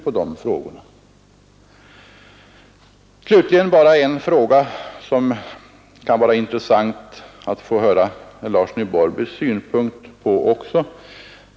Slutligen vill jag bara ställa en fråga, som det kan vara intressant att få höra herr Larssons i Borrby synpunkt på.